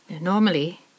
Normally